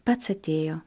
pats atėjo